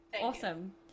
Awesome